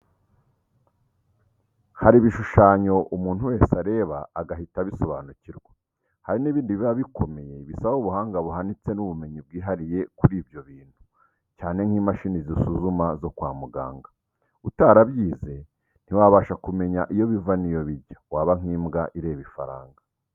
Hari ibishushanyo umuntu wese areba agahita abisobanukirwa, hari n'ibindi biba bikomeye bisaba ubuhanga buhanitse n'ubumenyi bwihariye kuri ibyo bintu, cyane nk'imashini zisuzuma zo kwa muganga; utarabyize ntiwabasha kumenya iyo biva n'iyo bijya, waba nk'imbwa ireba ifaranga.